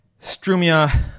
Strumia